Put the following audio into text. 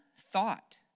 thought